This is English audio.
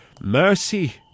Mercy